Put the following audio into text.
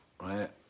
right